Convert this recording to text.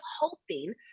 hoping